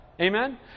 Amen